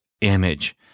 image